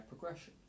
progression